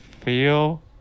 feel